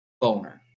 boner